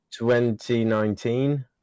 2019